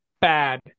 bad